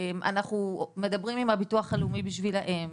אנחנו מדברים עם הביטוח הלאומי בשבילם,